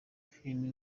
filime